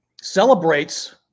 celebrates